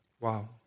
Wow